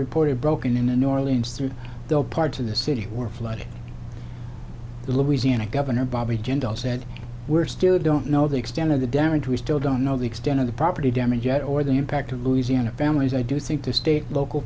reported broken in a new orleans through they'll parts of the city were flooded the louisiana governor bobby jindal said we're still don't know the extent of the damage we still don't know the extent of the property damage yet or the impact of louisiana families i do think the state local